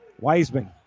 Wiseman